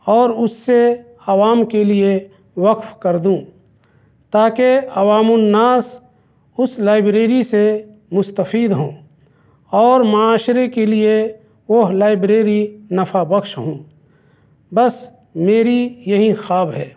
اور اس سے عوام کے لیے وقف کر دوں تا کہ عوامُ النّاس اس لائبریری سے مستفید ہوں اور معاشرے کے لیے وہ لائبریری نفع بخش ہوں بس میری یہی خواب ہے